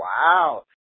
wow